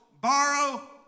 Borrow